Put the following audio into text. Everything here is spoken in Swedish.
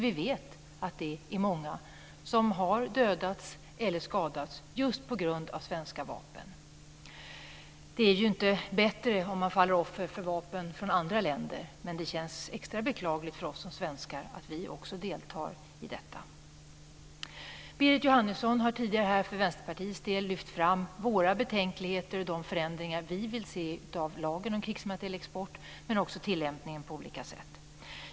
Vi vet ju att det är många som har dödats eller skadats just på grund av svenska vapen. Inte är det bättre att falla offer för vapen från andra länder, men det känns extra beklagligt för oss som svenskar att också vi deltar i detta. Berit Jóhannesson har tidigare här för Vänsterpartiets del lyft fram våra betänkligheter och även de förändringar som vi vill se när det gäller lagen om krigsmaterielexport. Dessutom gäller det tillämpningen på olika sätt.